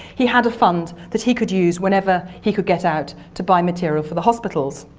he had a fund that he could use whenever he could get out to buy materials for the hospitals.